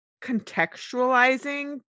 contextualizing